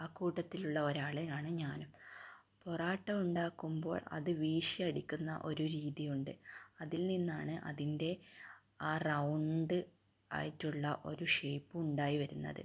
ആ കൂട്ടത്തിലുള്ള ഒരാൾ ആണ് ഞാനും പൊറോട്ട ഉണ്ടാക്കുമ്പോൾ അത് വീശി അടിക്കുന്ന ഒരു രീതി ഉണ്ട് അതിൽ നിന്നാണ് അതിൻ്റെ ആ റൗണ്ട് ആയിട്ടുള്ള ഒരു ഷെയ്പ്പ് ഉണ്ടായി വരുന്നത്